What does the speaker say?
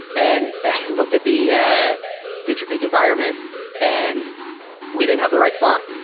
and i looked at the yeah featurepeek environment and we didn't have the right font.